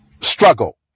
struggle